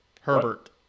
Herbert